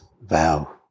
vow